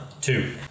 Two